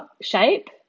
shape